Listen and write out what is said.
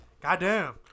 Goddamn